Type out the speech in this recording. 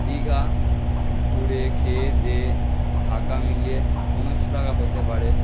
দিঘা ঘুরে খেয়ে দেয়ে থাকা মিলিয়ে পনেরোশো টাকা হতে পারে